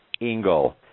Engel